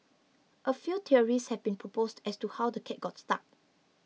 a few theories have been proposed as to how the cat got stuck